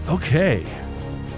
Okay